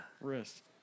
wrist